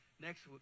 next